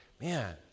Man